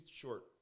short